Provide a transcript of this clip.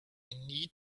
need